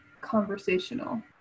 conversational